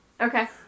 Okay